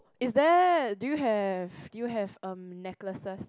is there do you have do you have um necklaces